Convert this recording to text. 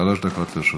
שלוש דקות לרשותך.